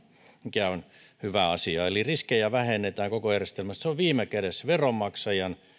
mikä on hyvä asia eli riskejä vähennetään koko järjestelmästä se on viime kädessä veronmaksajan